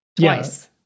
twice